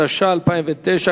התש"ע 2009,